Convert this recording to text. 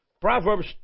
Proverbs